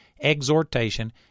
exhortation